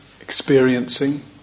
experiencing